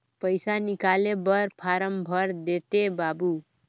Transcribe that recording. पइसा निकाले बर फारम भर देते बाबु?